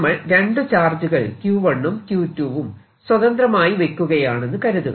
നമ്മൾ രണ്ടു ചാർജുകൾ Q1 ഉം Q2 ഉം സ്വതന്ത്രമായി വെക്കുകയാണെന്നു കരുതുക